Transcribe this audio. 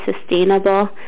sustainable